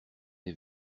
est